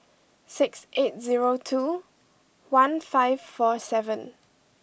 six eight zero two one five four seven